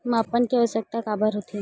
मापन के आवश्कता काबर होथे?